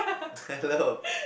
hello